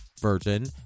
virgin